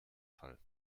fall